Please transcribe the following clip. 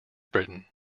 britain